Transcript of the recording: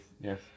Yes